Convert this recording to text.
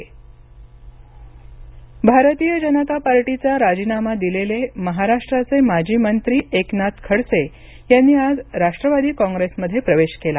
एकनाथ खडसे भारतीय जनता पार्टीचा राजीनामा दिलेले महाराष्ट्राचे माजी मंत्री एकनाथ खडसे यांनी आज राष्ट्रवादी काँग्रेसमध्ये प्रवेश केला